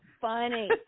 funny